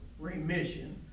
Remission